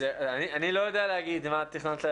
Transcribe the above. אז אולי חדוה בן סיני, אחראית על נושא